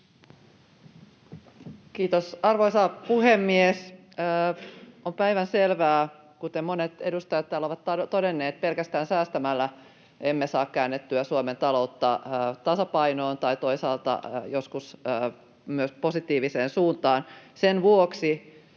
Kiitos, arvoisa puhemies! On päivänselvää, kuten monet edustajat täällä ovat todenneet, että pelkästään säästämällä emme saa käännettyä Suomen taloutta tasapainoon tai toisaalta joskus myös positiiviseen suuntaan, sen vuoksi